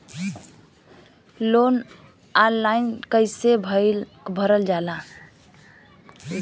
Loan online कइसे भरल जाला?